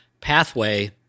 pathway